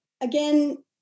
Again